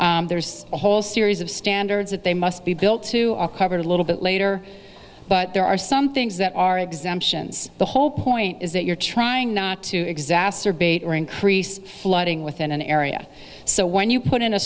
zone there's a whole series of standards that they must be built to are covered a little bit later but there are some things that are exemptions the whole point is that you're trying not to exacerbate or increase flooding within an area so when you put in a